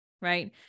right